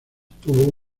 tuvo